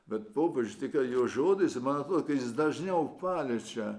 bet popiežius tikras jo žodis ir man atrodo kad jis dažniau paliečia